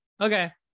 Okay